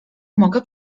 mogę